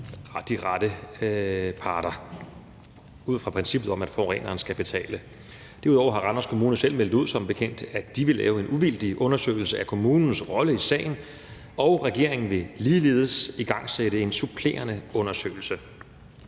de rette parter ud fra princippet om, at forureneren skal betale. Derudover har Randers Kommune som bekendt meldt ud, at de vil lave en uvildig undersøgelse af kommunens rolle i sagen, og regeringen vil ligeledes igangsætte en supplerende undersøgelse.